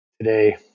today